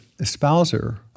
espouser